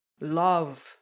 love